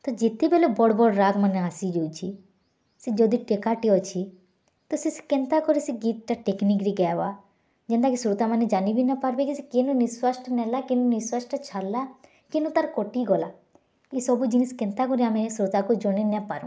ତ ଯେତେବେଲେ ବଡ଼୍ ବଡ଼୍ ରାଗ୍ ମାନେ ଆସିଯାଉଛି ସେ ଯଦି ଟେକାଟେ ଅଛି ତ ସେ କେନ୍ତାକରି ସେ ଗୀତ୍ଟା ଟେକନିକ୍ରେ ଗାଏବା ଯେନ୍ତାକି ଶ୍ରୋତାମାନେ ଯାନି ବି ନାପାରବେ କି ସେ କେନୁ ନିଶ୍ୱାସ୍ଟା ନେଲା କେନୁ ନିଶ୍ୱାସ୍ଟା ଛାଡ଼ିଲା କେନୁ ତାର୍ କଟିଗଲା ଏ ସବୁଜିନିଷ୍ କେନ୍ତା କିରି ଆମେ ଶ୍ରୋତାକୁ ଜନେଇ ନାଇ ପାରୁ